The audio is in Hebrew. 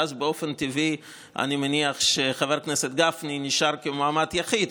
ואז באופן טבעי אני מניח שחבר הכנסת גפני נשאר כמועמד יחיד,